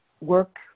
work